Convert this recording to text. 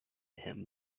him